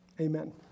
Amen